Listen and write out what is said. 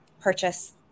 purchase